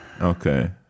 Okay